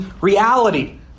reality